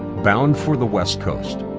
bound for the west coast.